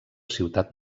ciutat